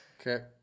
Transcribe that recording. Okay